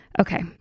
Okay